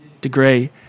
degree